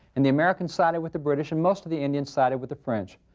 and the americans sided with the british and most of the indians sided with the french.